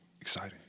Exciting